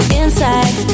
inside